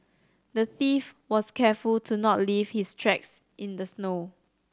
the thief was careful to not leave his tracks in the snow